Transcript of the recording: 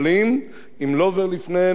אם לא עובר לפניהם אינם נוחלים.